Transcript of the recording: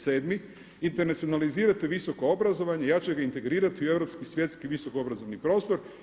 Sedmi, internacionalizirati visoko obrazovanje i jače ga integrirati u europski i svjetski visoko obrazovni prostor.